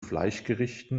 fleischgerichten